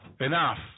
enough